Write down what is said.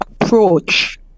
approach